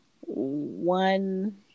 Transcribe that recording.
one